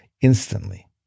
instantly